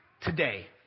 today